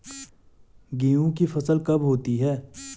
गेहूँ की फसल कब होती है?